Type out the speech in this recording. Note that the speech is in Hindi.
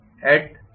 constantForce